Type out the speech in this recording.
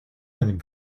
and